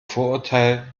vorurteil